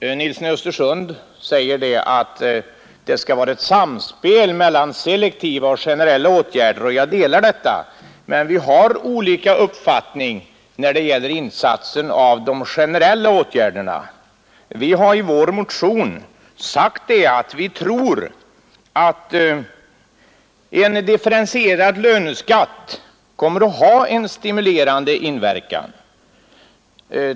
Herr Nilsson i Östersund säger att det skall vara ett samspel mellan selektiva och generella åtgärder, och jag delar denna uppfattning, men vi har olika uppfattning när det gäller insatsen av de generella åtgärderna. Vi har i vår motion sagt att vi tror att en differentierad löneskatt kommer att ha en stimulerande inverkan.